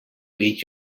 each